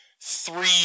three